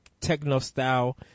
techno-style